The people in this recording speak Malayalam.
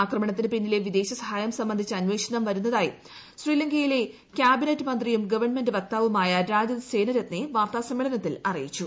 ആക്രമണത്തിന് പിന്നിലെ വിദേശ സഹായം സംബന്ധിച്ച് അന്വേഷിച്ചു വരുന്നതായി ശ്രീലങ്കയിലെ കാബിനറ്റ് മന്ത്രിയും ഗവൺമെന്റ് വക്താവുമായ രാജിത സേനരത്നേ വാർത്താ സമ്മേളനത്തിൽ അറിയിച്ചു